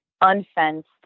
unfenced